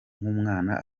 nk’umwana